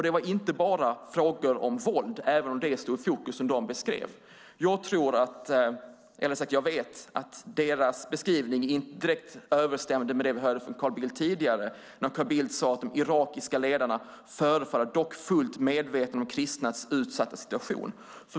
Det var inte bara fråga om våld, även om det stod i fokus av det de beskrev. Jag tror - eller rättare sagt; jag vet - att deras beskrivning inte direkt överensstämde med det vi hörde från Carl Bildt tidigare. Carl Bildt sade att de irakiska ledarna förefaller fullt medvetna om de kristnas utsatta situation.